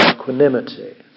equanimity